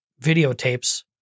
videotapes